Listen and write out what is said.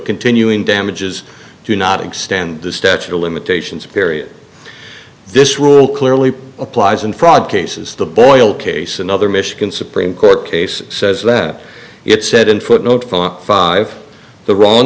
continuing damages do not extend the statute of limitations period this rule clearly applies in fraud cases the boyle case another michigan supreme court case says that it said in footnote five the wrong